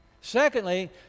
Secondly